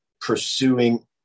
pursuing